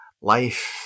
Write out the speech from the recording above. Life